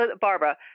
Barbara